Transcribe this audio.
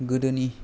गोदोनि